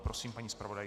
Prosím, paní zpravodajko.